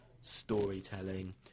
storytelling